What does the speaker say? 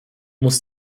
muss